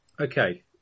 okay